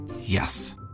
Yes